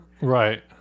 Right